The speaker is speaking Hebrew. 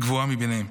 הגבוהה מביניהן.